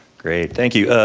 great, thank you.